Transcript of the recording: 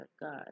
god